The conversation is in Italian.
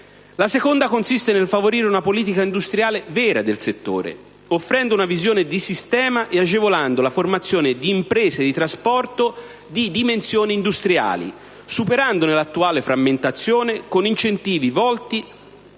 La seconda consiste nel favorire una politica industriale vera del settore, offrendo una visione di sistema e agevolando la formazione di imprese di trasporto di dimensioni industriali, superandone l'attuale frammentazione, con incentivi volti